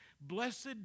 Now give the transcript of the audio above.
Blessed